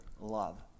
love